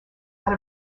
out